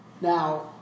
Now